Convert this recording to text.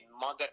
mother